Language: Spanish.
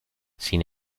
sin